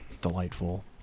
delightful